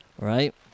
Right